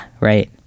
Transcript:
right